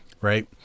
Right